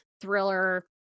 thriller